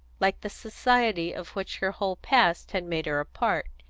like the society of which her whole past had made her a part,